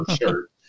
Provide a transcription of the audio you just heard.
shirt